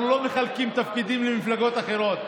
אנחנו לא מחלקים תפקידים למפלגות אחרות.